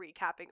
recapping